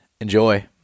Enjoy